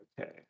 Okay